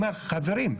אומר: חברים,